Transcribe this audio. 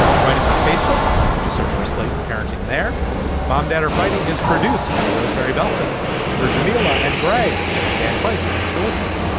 join us on facebook just search for slate parenting their mom dad are fighting is produced by rosemarie belson ver jamilah and greg. i'm dan coates thanks for listening